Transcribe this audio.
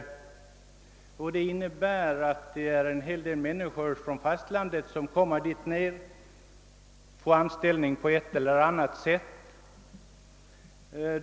Den lokaliseringen innebär att en hel del människor från fastlandet har fått anställning på Gotland.